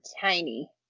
tiny